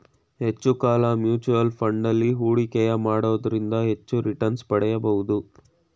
ಹೆಚ್ಚು ಕಾಲ mutual fund ಅಲ್ಲಿ ಹೂಡಿಕೆಯ ಮಾಡೋದ್ರಿಂದ ಹೆಚ್ಚು ರಿಟನ್ಸ್ ಪಡಿಬೋದು